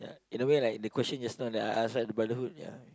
in a way like the question just now that I ask like the brotherhood ya